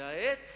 והעץ